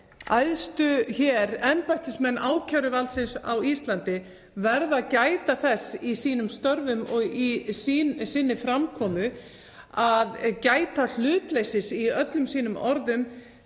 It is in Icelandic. æðstu embættismenn ákæruvaldsins á Íslandi verða að gæta þess í sínum störfum og sinni framkomu að gæta hlutleysis í öllum sínum orðum,